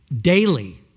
daily